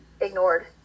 ignored